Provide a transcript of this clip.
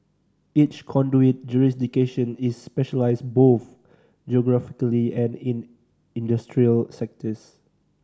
each conduit jurisdiction is specialised both geographically and in industrial sectors